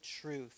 truth